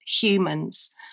humans